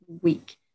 week